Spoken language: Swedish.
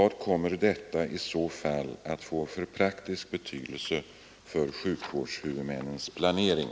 Vad kommer detta i så fall att få för praktisk betydelse för sjukvårdshuvudmännens planering?